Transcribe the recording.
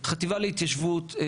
החקלאות היא